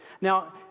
Now